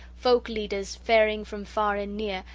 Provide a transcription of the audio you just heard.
folk-leaders faring from far and near,